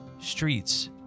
streets